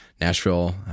Nashville